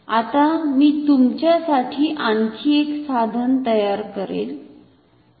आता मी तुमच्यासाठी आणखी एक साधन तयार करेल